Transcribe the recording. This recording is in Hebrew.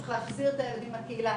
צריך להחזיר את הילדים לקהילה,